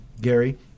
Gary